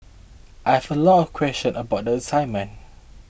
I had a lot of questions about the assignment